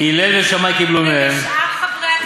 בי ובשאר חברי הכנסת,